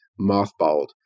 mothballed